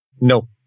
No